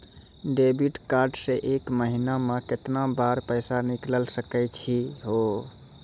Debit card से एक महीना मा केतना बार पैसा निकल सकै छि हो?